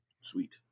Sweet